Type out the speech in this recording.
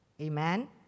Amen